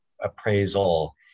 appraisal